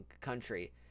Country